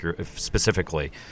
specifically